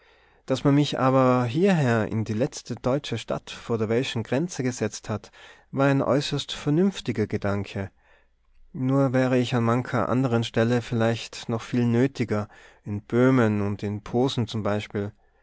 daß man mich aber hierher in die letzte deutsche stadt vor der welschen grenze gesetzt hat war ein äußerst vernünftiger gedanke nur wäre ich an mancher anderen stelle vielleicht noch viel nötiger in böhmen und in posen zum beispiel